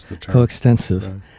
coextensive